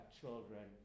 children